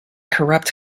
corrupt